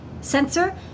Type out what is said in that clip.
Sensor